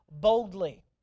boldly